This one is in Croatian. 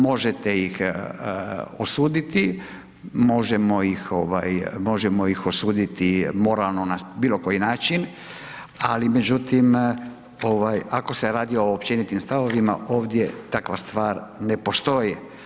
Možete ih osuditi, možemo ih osuditi moralno na bilo koji način, ali međutim, ako se radi o općenitim stavovima, ovdje takva stvar ne postoji.